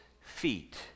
feet